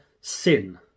sin